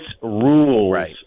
rules